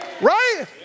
Right